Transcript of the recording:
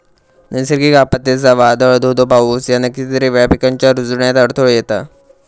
नैसर्गिक आपत्ते, जसा वादाळ, धो धो पाऊस ह्याना कितीतरी वेळा पिकांच्या रूजण्यात अडथळो येता